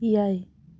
ᱮᱭᱟᱭ